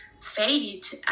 fate